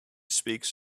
speaks